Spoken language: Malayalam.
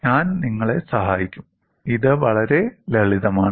ഞാൻ നിങ്ങളെ സഹായിക്കും ഇത് വളരെ ലളിതമാണ്